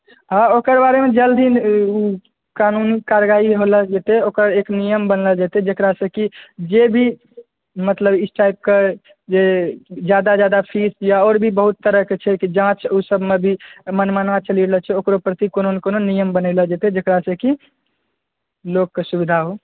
हँ ओकर बारेमे जल्दी काम करवाई होवऽलए जेतै ओकर एक नियम बनलो जेतै जेकरा से कि जे भी मतलब इस टाइपके जे जादा जादा फी या और भी बहुत तरहकेँ छै कि जाँच ओ सबमे भी मनमाना चलि रहलो छै ओकरो पर कोनो ने कोनो नियम बनेलो जेतै जेकरा से कि लोकके सुविधा हो